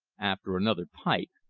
after another pipe,